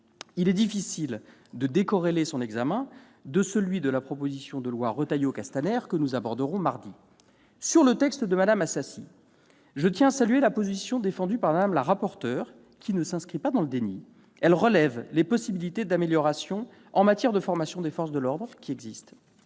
Il est difficile de décorréler son examen de la proposition de loi Retailleau-Castaner dont nous débattrons mardi. S'agissant du texte de Mme Assassi, je tiens à saluer la position défendue par Mme la rapporteure, qui n'est pas dans le déni. En effet, celle-ci relève les possibilités d'amélioration en matière de formation des forces de l'ordre. Les